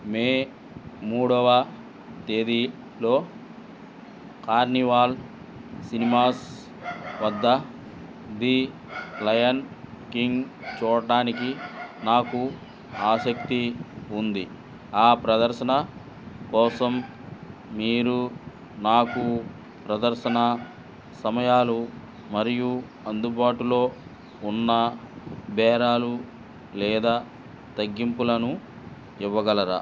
మే మూడవ తేదీలో Carnival Cinemas వద్ద ది లయన్ కింగ్ చూడడానికి నాకు ఆసక్తి ఉంది ఆ ప్రదర్శన కోసం మీరు నాకు ప్రదర్శన సమయాలు మరియు అందుబాటులో ఉన్న బేరాలు లేదా తగ్గింపులను ఇవ్వగలరా